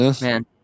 Man